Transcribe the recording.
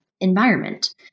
environment